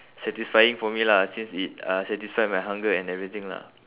satisfying for me lah since it uh satisfied my hunger and everything lah